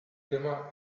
tema